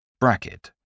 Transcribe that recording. Bracket